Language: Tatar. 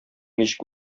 ничек